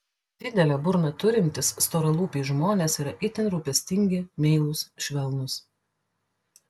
didelę burną turintys storalūpiai žmonės yra itin rūpestingi meilūs švelnūs